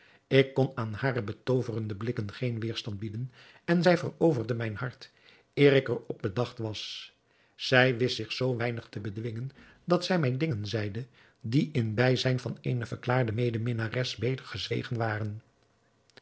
ik kon aan hare betooverde blikken geen weêrstand bieden en zij veroverde mijn hart eer ik er op bedacht was zij wist zich zoo weinig te bedwingen dat zij mij dingen zeide die in bijzijn van eene verklaarde medeminnares beter gezwegen waren